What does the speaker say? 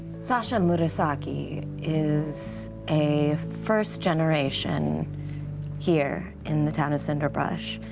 sasha murasaki is a first generation here in the town of cinderbrush.